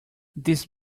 this